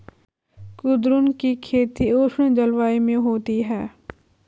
कुद्रुन की खेती उष्ण जलवायु में होती है